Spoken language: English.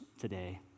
today